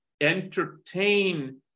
entertain